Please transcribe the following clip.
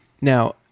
Now